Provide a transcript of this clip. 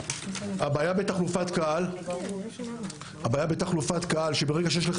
הבעיה בתחלופת קהל היא שברגע שיש איחור